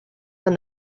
from